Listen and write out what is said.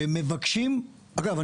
אגב,